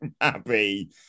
happy